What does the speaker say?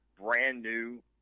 brand-new